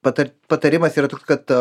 patart patarimas yra toks kad